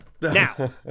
Now